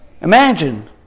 Imagine